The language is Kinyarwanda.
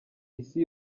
isi